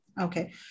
okay